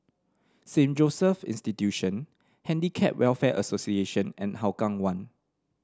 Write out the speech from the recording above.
Saint Joseph's Institution Handicap Welfare Association and Hougang One